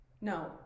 No